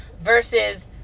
versus